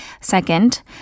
Second